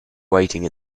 waiting